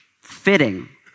Fitting